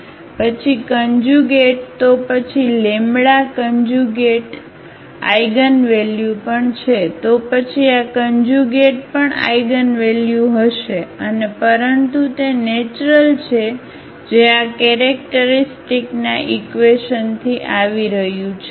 પછી કન્જ્યુગેટ તો પછી કન્જ્યુગેટ આઇગનવેલ્યુ પણ છે તો પછી આ કન્જ્યુગેટ પણ આઇગનવેલ્યુ હશે અને પરંતુ તે નેચરલ છે જે આ કેરેક્ટરિસ્ટિકના ઈક્વેશનથી આવી રહ્યું છે